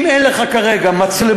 אם אין לך כרגע מצלמות,